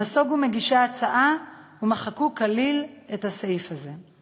נסוגו מגישי ההצעה ומחקו כליל את הסעיף הזה.